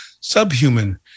subhuman